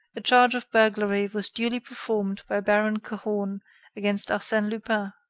a charge of burglary was duly performed by baron cahorn against arsene lupin,